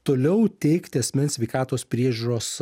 toliau teikti asmens sveikatos priežiūros